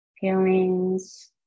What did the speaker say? feelings